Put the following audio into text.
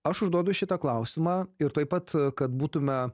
aš užduodu šitą klausimą ir tuoj pat kad būtume